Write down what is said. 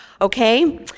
okay